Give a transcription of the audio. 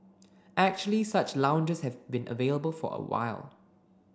actually such lounges have been available for a while